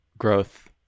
growth